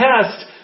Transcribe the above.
Test